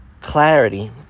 clarity